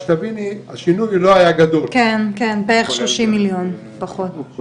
יש תוספות של כמאתיים מיליון שקל.